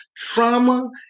Trauma